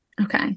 Okay